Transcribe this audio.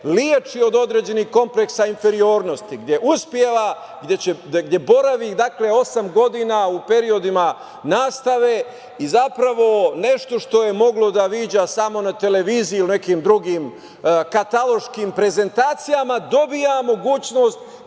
leči od određenih kompleksa inferiornosti, gde uspeva i gde boravi osam godina u periodima nastave i zapravo nešto što je moglo da viđa samo na televiziji ili u nekim drugim kataloškim prezentacijama, dobija mogućnost